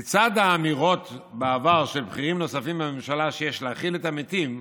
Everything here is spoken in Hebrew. לצד האמירות של בכירים נוספים בממשלה בעבר על כך שיש להכיל את המתים,